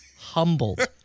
Humbled